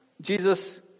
Jesus